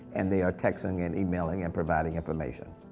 and they are texting, and emailing, and providing information.